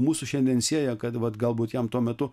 mūsų šiandien sieja kad galbūt jam tuo metu